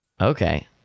Okay